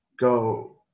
go